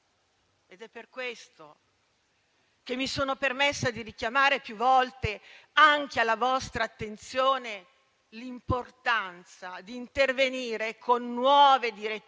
È per questo che mi sono permessa di richiamare più volte anche alla vostra attenzione l'importanza di intervenire con nuove direttrici